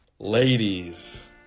Ladies